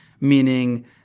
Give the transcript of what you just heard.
meaning